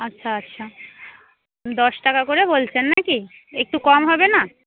আচ্ছা আচ্ছা দশ টাকা করে বলছেন না কি একটু কম হবে না